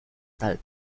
tal